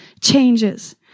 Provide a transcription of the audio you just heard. changes